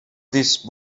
these